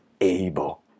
able